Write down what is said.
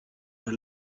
will